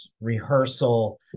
rehearsal